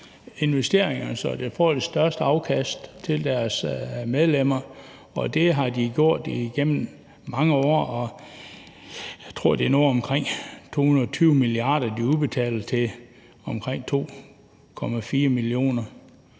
investeringerne, så de får det største afkast til deres medlemmer, og det har de gjort igennem mange år. Jeg tror, det er omkring 220 mia. kr., de udbetaler til omkring 2,4 millioner